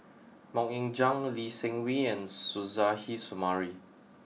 Mok Ying Jang Lee Seng Wee and Suzairhe Sumari